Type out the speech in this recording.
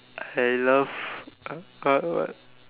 I love uh what